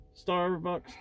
Starbucks